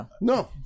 No